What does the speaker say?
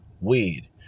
Weed